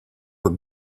were